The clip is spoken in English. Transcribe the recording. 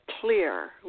clear